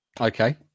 Okay